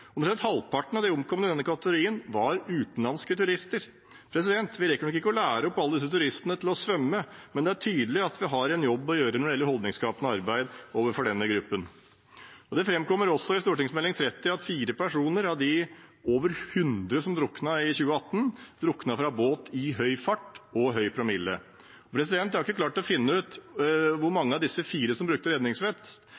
Omtrent halvparten av de omkomne i denne kategorien var utenlandske turister. Vi rekker nok ikke å lære alle turistene å svømme, men det er tydelig at vi har en jobb å gjøre når det gjelder holdningsskapende arbeid overfor denne gruppen. Det framkommer også i Meld. St. 30 for 2018–2019 at fire personer av de over hundre som druknet i 2018, druknet fra båt i høy fart, og de hadde høy promille. Jeg har ikke klart å finne ut hvor